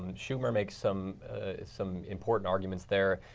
schumer makes some some important arguments there.